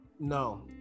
No